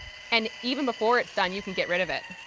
and even before it's done you can get rid of it.